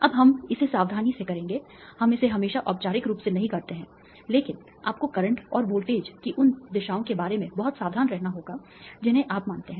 अब हम इसे सावधानी से करेंगे हम इसे हमेशा औपचारिक रूप से नहीं करते हैं लेकिन आपको करंट और वोल्टेज की उन दिशाओं के बारे में बहुत सावधान रहना होगा जिन्हें आप मानते हैं